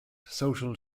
social